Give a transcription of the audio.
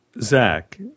Zach